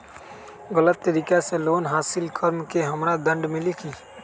गलत तरीका से लोन हासिल कर्म मे हमरा दंड मिली कि?